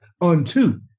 unto